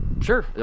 Sure